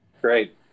Great